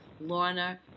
Lorna